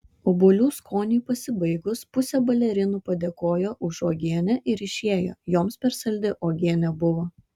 obuolių skoniui pasibaigus pusė balerinų padėkojo už uogienę ir išėjo joms per saldi uogienė buvo